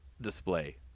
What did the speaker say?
display